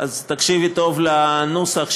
תקשיבי טוב לנוסח,